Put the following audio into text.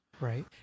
Right